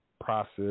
process